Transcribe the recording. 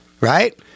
Right